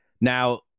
now